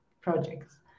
Projects